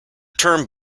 term